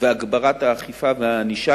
והגברת האכיפה והענישה,